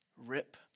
rip